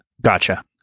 Gotcha